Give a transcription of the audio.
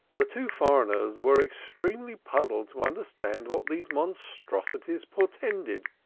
the two foreigners were extremely puzzled to understand what these monstrosities portended